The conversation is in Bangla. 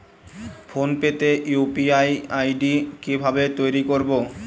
ফোন পে তে ইউ.পি.আই আই.ডি কি ভাবে তৈরি করবো?